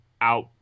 out